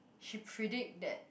she predict that